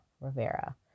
Rivera